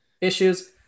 issues